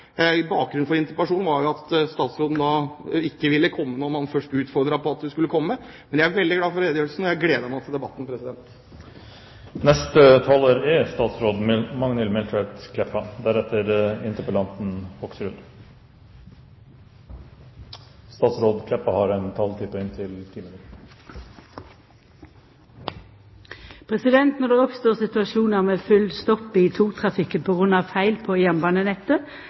Bakgrunnen for interpellasjonen var jo at statsråden ikke ville komme da man først utfordret henne på det, men jeg er veldig glad for redegjørelsen, og jeg gleder meg til debatten. Når det oppstår situasjonar med full stopp i togtrafikken på grunn av feil på jernbanenettet,